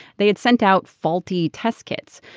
they had sent out faulty test kits.